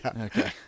Okay